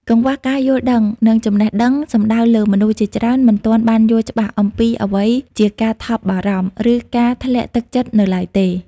កង្វះការយល់ដឹង និងចំណេះដឹងសំដៅលើមនុស្សជាច្រើនមិនទាន់បានយល់ច្បាស់អំពីអ្វីជាការថប់បារម្ភ ឬការធ្លាក់ទឹកចិត្តនៅឡើយទេ។